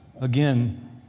again